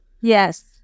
Yes